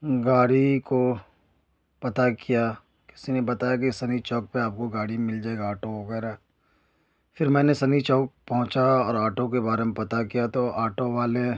گاڑی کو پتہ کیا کسی نے بتایا کہ سنی چوک پہ آپ کو گاڑی مل جائے گی آٹو وغیرہ پھر میں نے سنی چوک پہنچا اور آٹو کے بارے میں پتہ کیا تو آٹو والے